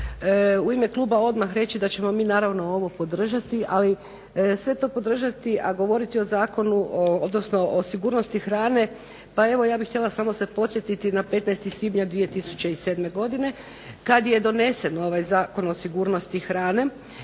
u ime kluba odmah reći da ćemo mi naravno ovo podržati, ali sve to podržati a govoriti o zakonu, odnosno o sigurnosti hrane pa evo ja bih htjela samo se podsjetiti na 15. svibnja 2007. godine kad je donesen ovaj Zakon o sigurnosti hrane.